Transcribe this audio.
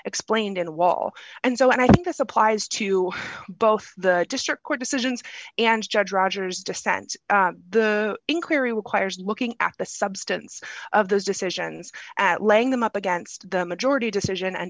explained in the wall and so i think this applies to both the district court decisions and judge rogers dissent the inquiry requires looking at the substance of those decisions at laying them up against the majority decision and